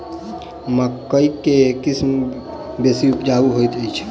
मकई केँ के किसिम बेसी उपजाउ हएत अछि?